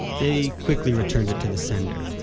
they quickly returned it to the sender,